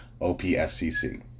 OPSCC